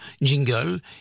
Jingle